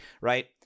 right